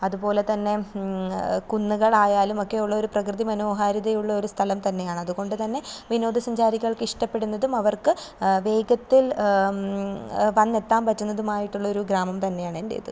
അതുപോലെ തന്നെ കുന്നുകളായാലും ഒക്കെ ഉള്ളൊരു പ്രകൃതിമനോഹാര്യതയുള്ള ഒരു സ്ഥലം തന്നെയാണ് അതുകൊണ്ട് തന്നെ വിനോദസഞ്ചാരികൾക്ക് ഇഷ്ടപെട്ടുന്നതും അവർക്ക് വേഗത്തിൽ വന്നെത്താൻ പറ്റുന്നതുമായിട്ടുള്ള ഒരു ഗ്രാമം തന്നെയാണ് എൻറേത്